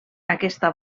aquesta